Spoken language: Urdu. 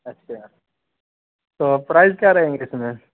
اچھا تو پرائز کیا رہیں گے اِس میں